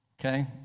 Okay